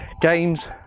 Games